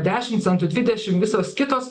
dešim centų dvidešim visos kitos